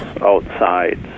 outside